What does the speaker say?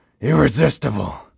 irresistible